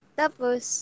tapos